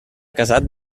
casat